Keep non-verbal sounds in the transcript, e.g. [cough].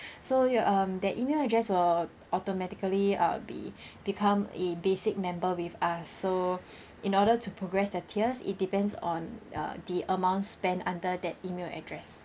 [breath] so your um that email address will automatically uh be [breath] become a basic member with us so [breath] in order to progress the tiers it depends on uh the amount spent under that email address